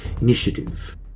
initiative